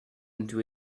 into